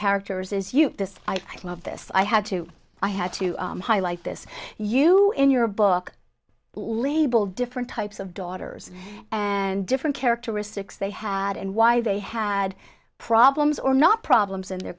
characters is you this i love this i had to i had to highlight this you in your book label different types of daughters and different characteristics they had and why they had problems or not problems in their